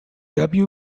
knew